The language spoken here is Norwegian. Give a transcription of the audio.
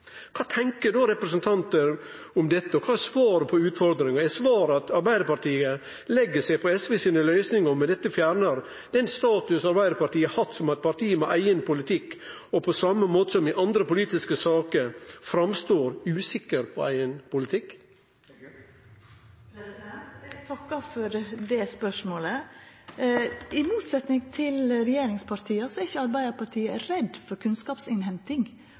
Kva tenkjer representanten Heggø om dette, og kva er svaret på utfordringa? Er svaret at Arbeidarpartiet legg seg på SV sine løysingar og med det fjernar den statusen Arbeidarpartiet har hatt som eit parti med ein eigen politikk, og då – på same måten som i andre politiske saker – er usikker på eigen politikk? Eg takkar for det spørsmålet. I motsetnad til regjeringspartia er ikkje Arbeidarpartiet redd for kunnskapsinnhenting.